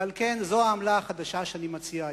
על כן, זאת העמלה החדשה שאני מציע היום.